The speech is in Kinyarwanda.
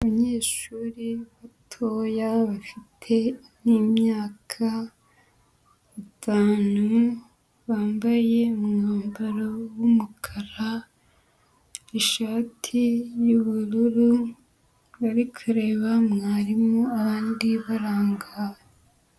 Abanyeshuri batoya bafite nk'imyaka itanu, bambaye umwambaro w'umukara, ishati y'ubururu, bari kureba mwarimu, abandi barangaye.